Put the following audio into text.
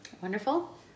Wonderful